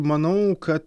manau kad